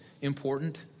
important